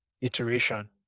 iteration